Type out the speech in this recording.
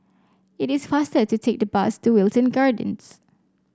it is faster to take the bus to Wilton Gardens